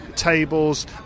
Tables